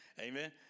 Amen